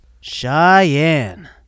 Cheyenne